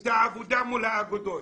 את העבודה מול האגודות.